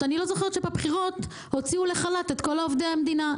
אני לא זוכרת שבבחירות הוציאו לחל"ת את כל עובדי המדינה.